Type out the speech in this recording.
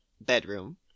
bedroom